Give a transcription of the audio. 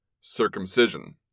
circumcision